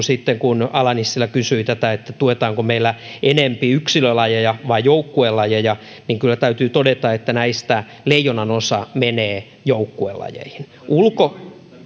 sitten jakaantuvat kun ala nissilä kysyi tätä että tuetaanko meillä enempi yksilölajeja vai joukkuelajeja kyllä täytyy todeta että näistä leijonanosa menee joukkuelajeihin